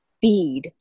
feed